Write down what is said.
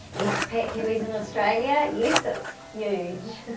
expat kiwi's in australia. yes, it's huge.